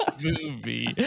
movie